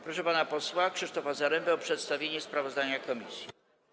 Proszę pana posła Krzysztofa Zarembę o przedstawienie sprawozdania komisji.